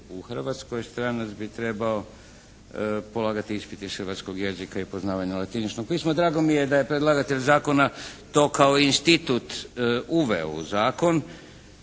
u Hrvatskoj, stranac bi trebao polagati ispit iz hrvatskog jezika i poznavanje latiničnog pisma. Drago mi je da je predlagatelj zakona to kao institut uveo u zakon,